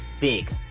big